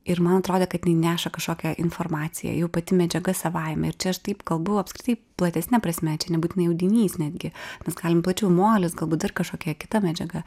ir man atrodė kad jinai neša kažkokią informaciją jau pati medžiaga savaime ir čia aš taip kalbu apskritai platesne prasme čia nebūtinai audinys netgi mes galim plačiau molis galbūt dar kažkokia kita medžiaga